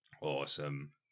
Awesome